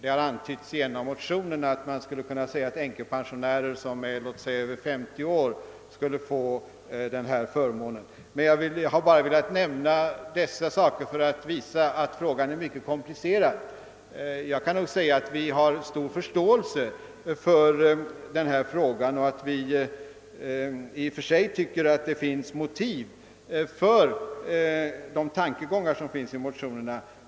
I en av motionerna har antytts tanken att ge änkepensionärer över exempelvis 50 år den här förmånen. Jag har nämnt dessa förhållanden för att visa att problemet är mycket komplicerat. Jag kan säga så mycket att vi har stor förståelse för frågan och att vi inom utskottet tycker att det finns motiveringar för motionernas tankegångar.